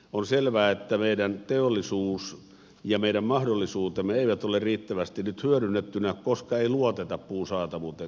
on selvää että meidän teollisuutemme ja meidän mahdollisuutemme eivät ole riittävästi nyt hyödynnettynä koska ei luoteta puun saatavuuteen